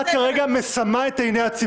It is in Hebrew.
את מסמאת את עיני הציבור.